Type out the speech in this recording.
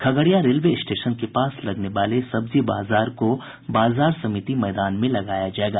Khagaria railway station के पास लगने वाले सब्जी बाजार को बाजार समिति मैदान में लगाया जायेगा